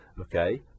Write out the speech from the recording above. Okay